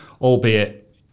albeit